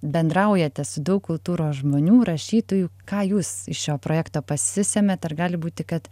bendraujate su daug kultūros žmonių rašytojų ką jūs iš šio projekto pasisemiat ar gali būti kad